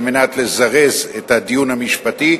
כדי לזרז את הדיון המשפטי,